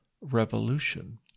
Revolution